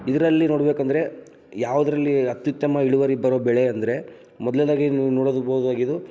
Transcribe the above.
ಇದರಲ್ಲಿ ನೋಡಬೇಕಂದ್ರೆ ಯಾವುದ್ರಲ್ಲಿ ಅತ್ಯುತ್ತಮ ಇಳುವರಿ ಬರೋ ಬೆಳೆ ಅಂದರೆ ಮೊದ್ಲ್ನೇದಾಗಿ ನೀವು ನೋಡೋದಕ್ಕೆ ಹೋದಾಗ ಇದು